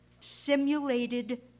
Simulated